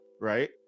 right